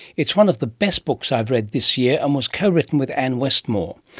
it's one of the best books i've read this year, and was co-written with ann westmore.